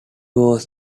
was